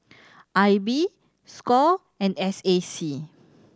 I B score and S A C